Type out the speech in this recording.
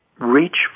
Reach